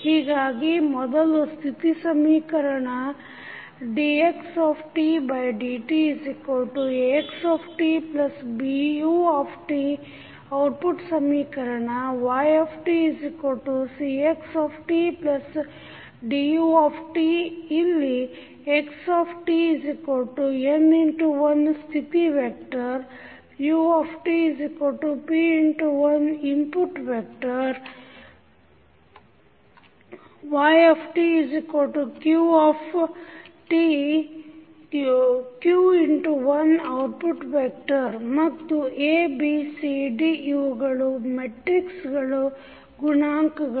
ಹೀಗಾಗಿ ಮೊದಲು ಸ್ಥಿತಿ ಸಮೀಕರಣ dxdtAxtBut ಔಟ್ಪುಟ್ ಸಮೀಕರಣ ytCxtDut ಇಲ್ಲಿ xtn×1ಸ್ಥಿತಿ ವೆಕ್ಟರ್ utp×1 ಇನ್ಪುಟ್ ವೆಕ್ಟರ್ ytq×1ಔಟ್ಪುಟ್ ವೆಕ್ಟರ್ ಮತ್ತು ABCDಇವುಗಳು ಮೆಟ್ರಿಕ್ಸಗಳ ಗುಣಾಂಕಗಳು